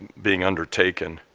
being undertaken.